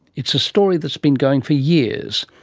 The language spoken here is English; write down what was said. it's a story that has been going for years.